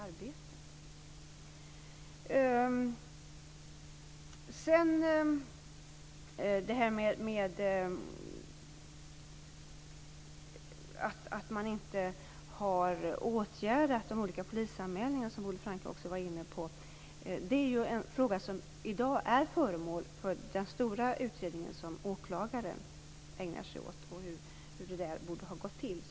Bodil Francke Ohlsson var också inne på att man inte har åtgärdat de olika polisanmälningarna. Det är en fråga som tas upp i den stora utredning som åklagaren ägnar sig åt. Han utreder hur det borde ha gått till.